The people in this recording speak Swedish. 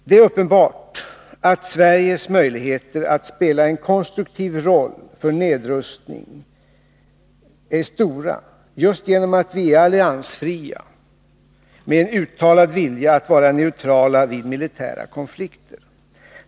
Det är uppenbart att Sveriges möjligheter att spela en konstruktiv roll för nedrustning är stora just genom att vi är alliansfria, med en uttalad vilja att vara neutrala vid militära konflikter.